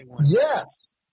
Yes